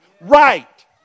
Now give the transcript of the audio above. Right